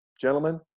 Gentlemen